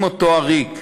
אם אותו עריק,